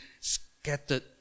scattered